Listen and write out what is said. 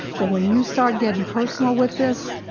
but when you start getting personal with this,